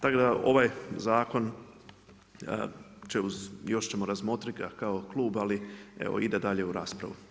Tako da ovaj zakon će još, još ćemo razmotrit ga kao klub, ali evo ide dalje u raspravu.